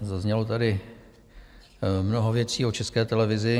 Zaznělo tady mnoho věcí o České televizi.